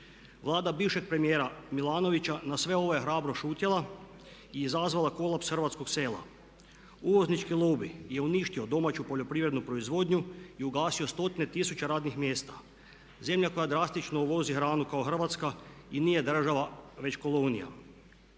Vlada bivšeg premijera Milanovića na sve ovo je hrabro šutjela i izazvala kolaps hrvatskog sela. Uvoznički lobij je uništio domaću poljoprivrednu proizvodnju i ugasio stotine tisuća radnih mjesta. Zemlja koja drastično uvozi hranu kao Hrvatska i nije država već kolonija.